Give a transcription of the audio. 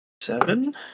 Seven